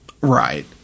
right